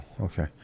okay